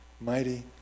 mighty